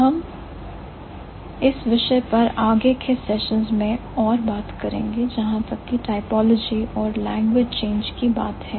हम इस विषय पर अगले सेशंस में और बात करेंगे जहां तक की टाइपोलॉजी और लैंग्वेज चेंज की बात है